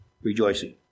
Rejoicing